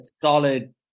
solid